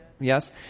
Yes